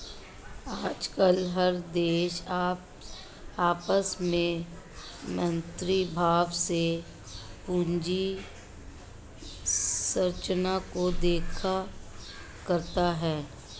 आजकल हर देश आपस में मैत्री भाव से पूंजी संरचना को देखा करता है